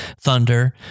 thunder